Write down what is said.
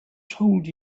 told